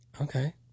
Okay